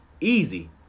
Easy